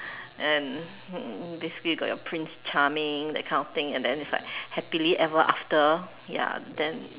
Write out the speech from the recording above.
and um basically you got your Prince Charming that kind of thing and then is like happier ever after ya then